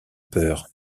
peur